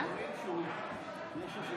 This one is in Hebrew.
יש איזושהי בעיה,